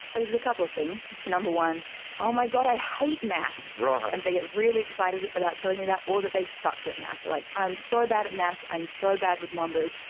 there's a couple of things, number one oh my god, i hate maths ah and they get really excited about telling me that, all that they sucked at maths. like i'm so bad at maths, i'm so bad with numbers,